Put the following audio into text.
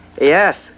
Yes